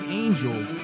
angels